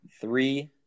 three